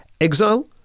exile